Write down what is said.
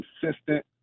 consistent